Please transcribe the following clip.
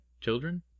Children